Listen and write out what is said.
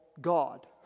God